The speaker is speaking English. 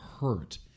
hurt